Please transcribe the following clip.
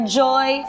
joy